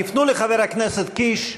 תפנו לחבר הכנסת קיש,